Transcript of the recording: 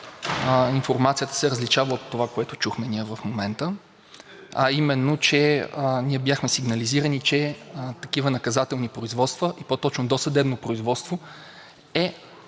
информацията се различава от това, което ние чухме в момента, а именно, че ние бяхме сигнализирани, че такива наказателни производства, по-точно досъдебно производство, е